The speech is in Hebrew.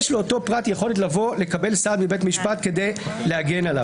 יש לאותו פרט יכולת לבוא ולקבל סעד מבית משפט כדי להגן עליו.